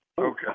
Okay